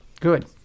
Good